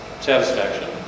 satisfaction